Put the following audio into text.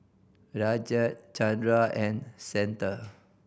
Rajat Chandra and Santha